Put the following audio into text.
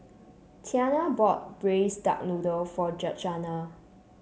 Tianna bought Braised Duck Noodle for Georgeanna